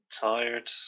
tired